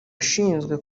ashinzwe